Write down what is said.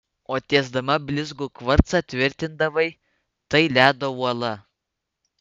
o tiesdama blizgų kvarcą tvirtindavai tai ledo uola